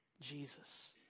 Jesus